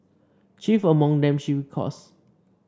chief among them she recalls